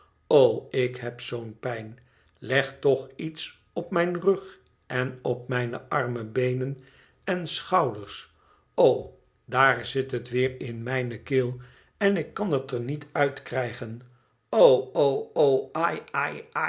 ik heb zoo'n pijn leg toch iets op mijn rug en op mijne arme beenen en schouders oo daar zit het weer in mijne keel en ik kan het er niet uit krijgen oo